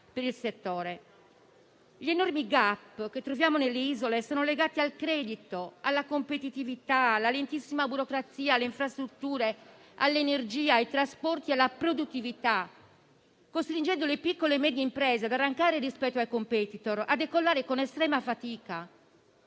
per il settore. Gli enormi *gap* che riscontriamo nelle isole sono legati al credito, alla competitività, alla lentissima burocrazia, alle infrastrutture, all'energia, ai trasporti e alla produttività, costringendo le piccole e medie imprese ad arrancare rispetto ai *competitor* e a decollare con estrema fatica.